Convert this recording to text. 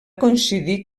coincidir